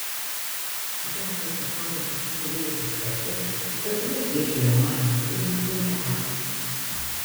stipriausios pasaulio krepšinio lygos ekspertai sutartinai piešia jaunajam lietuviui puikią ateitį